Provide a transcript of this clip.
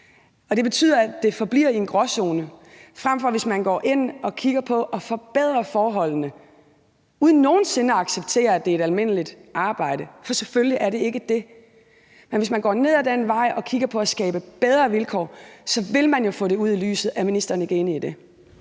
det betyder, at det forbliver i en gråzone. Sådan ville det ikke være, hvis man gik ind og kiggede på at forbedre forholdene uden nogen sinde at acceptere, at det er et almindeligt arbejde, for selvfølgelig er det ikke det. Men hvis man går ned ad den vej og kigger på at skabe bedre vilkår, vil man jo få det ud i lyset. Er ministeren ikke enig i det?